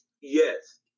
Yes